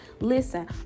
Listen